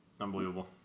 Unbelievable